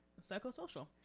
psychosocial